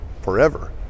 forever